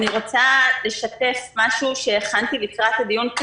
אני רוצה לשתף במשהו שהכנתי לקראת הדיון,